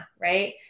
right